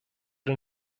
den